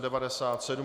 97.